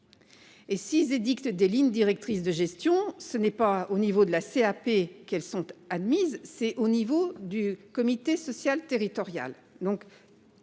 Et six édictent des lignes directrices de gestion, ce n'est pas au niveau de la C. A. P. qu'elles sont admises. C'est au niveau du comité social territorial